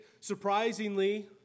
surprisingly